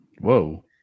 whoa